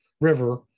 River